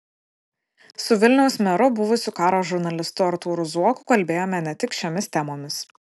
su vilniaus meru buvusiu karo žurnalistu artūru zuoku kalbėjome ne tik šiomis temomis